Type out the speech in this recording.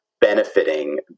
benefiting